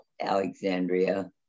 Alexandria